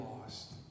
lost